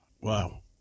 Wow